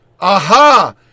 Aha